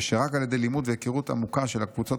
ושרק על ידי לימוד והיכרות עמוקה של הקבוצות